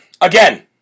Again